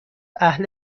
اهل